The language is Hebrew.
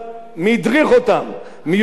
מי יודע מי הפנה אותם.